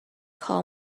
call